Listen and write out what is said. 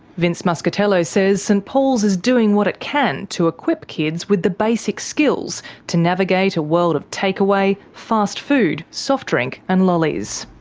vince muscatello says st paul's is doing what it can to equip kids with the basic skills to navigate a world of takeaway, fast food, soft drink and lollies.